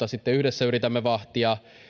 sitten yhdessä yritämme vahtia